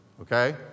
Okay